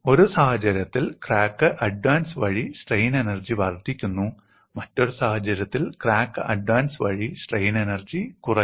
ഒരു സാഹചര്യത്തിൽ crack advance വഴി സ്ട്രെയിൻ എനർജി വർദ്ധിക്കുന്നു മറ്റൊരു സാഹചര്യത്തിൽ ക്രാക്ക് അഡ്വാൻസ് വഴി സ്ട്രെയിൻ എനർജി കുറയുന്നു